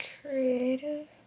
Creative